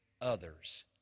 others